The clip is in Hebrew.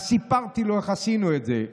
אז סיפרתי לו איך עשינו את זה,